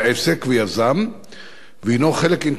חלק אינטגרלי של פעילות עסקית כלשהי.